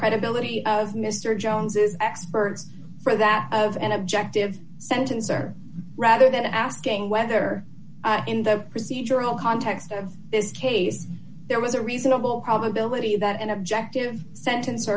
credibility of mr jones's experts for that of an objective sentence or rather than asking whether in the procedural context of this case there was a reasonable probability that an objective sent